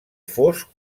fosc